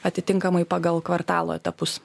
atitinkamai pagal kvartalo etapus